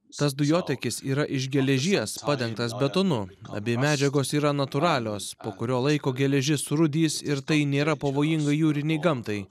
tas dujotiekis yra iš geležies padengtas betonu abi medžiagos yra natūralios po kurio laiko geležis surūdys ir tai nėra pavojinga jūrinei gamtai